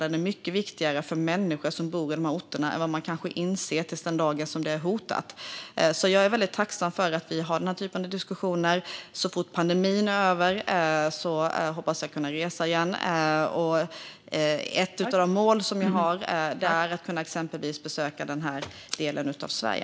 Den är mycket viktigare för människor som bor i dessa orter än vad man kanske inser tills den dagen den är hotad. Jag är väldigt tacksam för att vi har den här typen av diskussioner. Så fort pandemin är över hoppas jag kunna resa igen. Ett av de mål jag har är att exempelvis kunna besöka den här delen av Sverige.